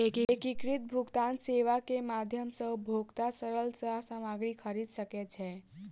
एकीकृत भुगतान सेवा के माध्यम सॅ उपभोगता सरलता सॅ सामग्री खरीद सकै छै